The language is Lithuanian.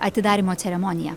atidarymo ceremonija